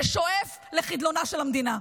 ששואף לחדלונה של המדינה.